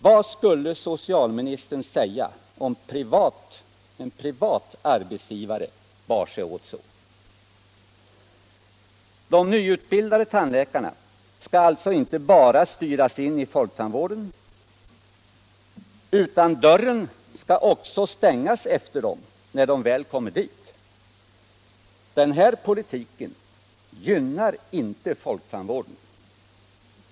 Vad skulle socialministern säga om en privat arbetsgivare bar sig åt så? De nyutbildade tandläkarna skall alltså inte bara styras in i folktandvården, utan dörren skall också stängas efter dem när de väl kommit dit. Den här politiken gynnar inte folktandvården.